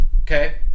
Okay